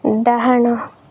ଡାହାଣ